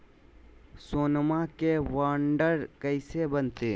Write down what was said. सोनमा के बॉन्ड कैसे बनते?